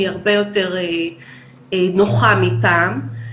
היא הרבה יותר נוחה מפעם.